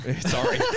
Sorry